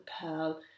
pearl